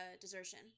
desertion